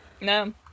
No